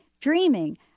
dreaming